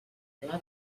pla